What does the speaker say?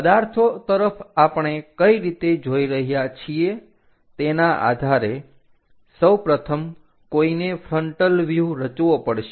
પદાર્થો તરફ આપણે કઈ રીતે જોઈ રહ્યા છીએ તેના આધારે સૌપ્રથમ કોઈને ફ્રન્ટલ વ્યુહ રચવો પડશે